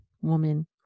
woman